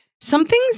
something's